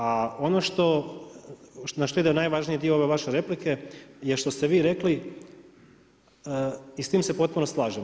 A ono što, na što ide najvažniji dio ove vaše replike je što ste vi rekli i s time se potpuno slažem.